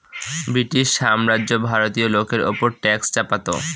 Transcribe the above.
British সাম্রাজ্য ভারতীয় লোকের ওপর ট্যাক্স চাপাতো